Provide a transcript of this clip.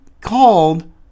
called